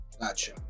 Gotcha